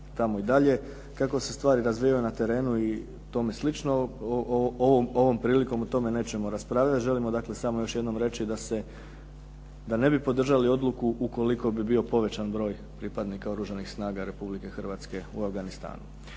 tamo i dalje. Kako se stvari razvijaju na terenu i tome slično, ovom prilikom o tome nećemo raspravljati. Dakle, želimo samo još jednom reći da ne bi podržali odluku ukoliko bi bio povećan broj pripadnika Oružanih snaga Republike Hrvatske u Afganistanu.